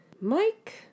Mike